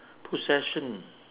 possession